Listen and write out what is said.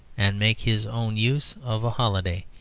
and make his own use of a holiday.